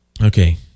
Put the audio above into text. Okay